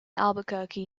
albuquerque